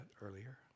earlier